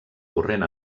corrent